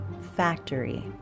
Factory